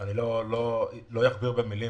אני לא אכביר מילים,